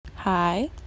Hi